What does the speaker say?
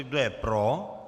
Kdo je pro.